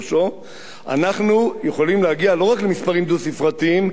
אנחנו יכולים להגיע לא רק למספרים דו-ספרתיים,